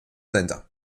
centre